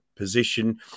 Position